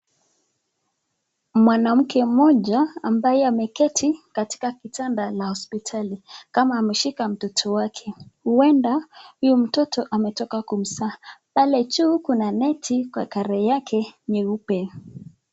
Mwanamke mmoja ambaye ameketi katika kitanda la hospitali kama ameshika mtoto wake. Huenda huyo mtoto ametoka kumzaa. Pale juu kuna neti kwa colour yake nyeupe.